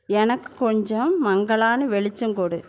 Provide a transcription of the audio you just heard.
எனக்கு கொஞ்சம் மங்கலான வெளிச்சம் கொடு